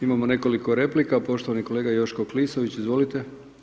Imamo nekoliko replika, poštovani kolega Joško Klisović, izvolite.